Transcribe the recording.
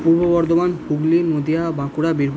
Purba Bardhaman Hooghly Nadia Bankura Birbhum